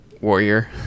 warrior